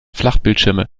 flachbildschirme